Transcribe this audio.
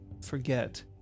forget